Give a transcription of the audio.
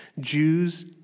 Jews